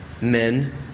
Men